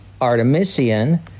Artemisian